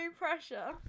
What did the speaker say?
pressure